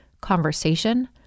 conversation